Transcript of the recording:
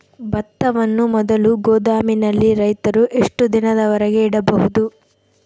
ಭತ್ತವನ್ನು ಮೊದಲು ಗೋದಾಮಿನಲ್ಲಿ ರೈತರು ಎಷ್ಟು ದಿನದವರೆಗೆ ಇಡಬಹುದು?